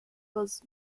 was